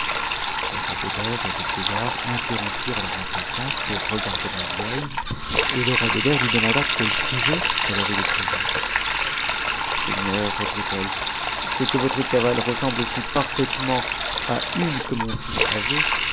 roi beder et le vieillard interrompirent leur entretien pour regarder la vieille et le roi beder lui demanda quel sujet elle avait de pleurer seigneur reprit-elle c'est que votre cavale ressemble si parfaitement a une que mon fils avait